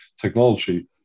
technology